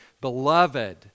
Beloved